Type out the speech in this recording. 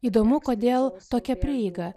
įdomu kodėl tokia prieiga